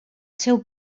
seu